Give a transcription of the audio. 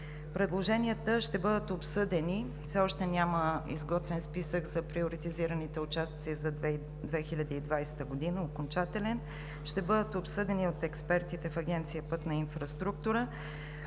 Предложенията ще бъдат обсъдени. Все още няма изготвен окончателен списък за приоритизираните участъци за 2020 г. Предложенията ще бъдат обсъдени от експертите в Агенция „Пътна инфраструктура“,